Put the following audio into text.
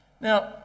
now